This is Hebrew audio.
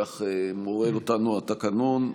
כך מורה לנו התקנון.